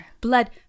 Blood